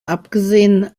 abgesehen